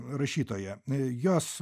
rašytoja jos